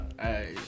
Hey